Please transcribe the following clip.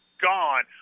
gone